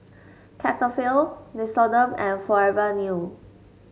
Cetaphil Nixoderm and Forever New